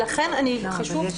ולכן חשוב,